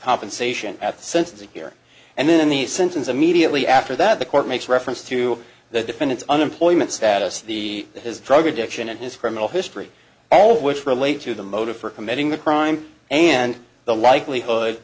sentencing here and then the sentence immediately after that the court makes reference to the defendant's unemployment status the his drug addiction and his criminal history all which relate to the motive for committing the crime and the likelihood